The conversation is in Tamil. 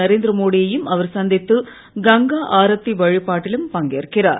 நரேந்திர மோடி யையும் அவர் சந்தித்து கங்கா ஆரத்தி வழிபாட்டிலும் பங்கேற்கிறார்